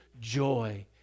joy